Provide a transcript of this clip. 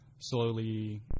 slowly